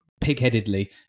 pig-headedly